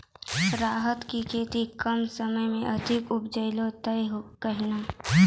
राहर की खेती कम समय मे अधिक उपजे तय केना?